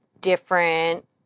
different